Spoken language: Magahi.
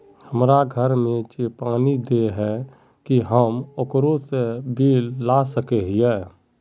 हमरा घर में जे पानी दे है की हम ओकरो से बिल ला सके हिये?